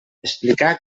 explicar